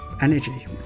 energy